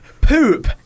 Poop